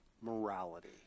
morality